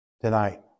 tonight